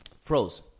froze